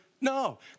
No